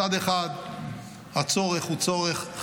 מצד אחד הצורך הוא חיוני.